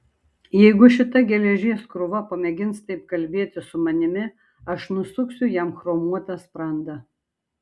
jeigu šita geležies krūva pamėgins taip kalbėti su manimi aš nusuksiu jam chromuotą sprandą